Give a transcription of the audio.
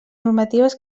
normatives